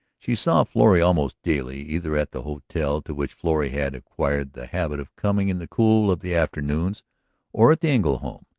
she saw florrie almost daily, either at the hotel to which florrie had acquired the habit of coming in the cool of the afternoons or at the engle home.